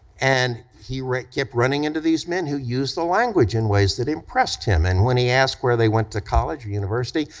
and he kept running into these men who used the language in ways that impressed him and when he asked where they went to college or university,